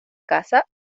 casa